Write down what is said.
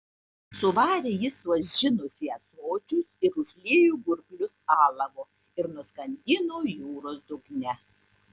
suvarė jis tuos džinus į ąsočius ir užliejo gurklius alavu ir nuskandino jūros dugne